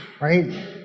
right